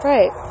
Right